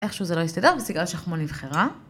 איכשהו זה לא הסתדר וסיגל שחמון נבחרה.